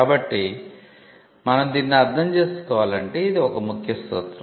కాబట్టి మనం దీన్ని అర్థం చేసుకోవాలంటే ఇది ఒక ముఖ్య సూత్రం